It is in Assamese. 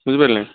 বুজি পালিনে নাই